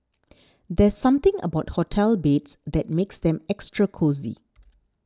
there's something about hotel beds that makes them extra cosy